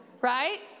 right